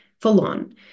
full-on